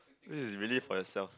this is really for yourself